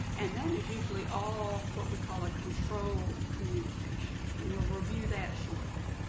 and that is usually all what we call, a controlled communication, and we'll review that shortly.